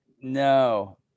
No